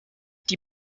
die